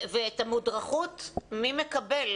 ואת המודרכות מי מקבל?